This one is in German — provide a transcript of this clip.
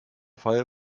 fall